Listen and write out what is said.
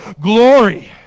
Glory